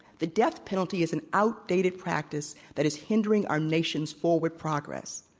the death penalty is an outdated practice that is hindering our nation's forward progress.